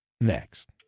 next